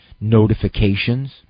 notifications